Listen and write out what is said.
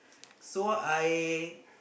so I